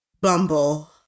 Bumble